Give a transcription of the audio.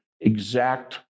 exact